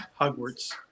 Hogwarts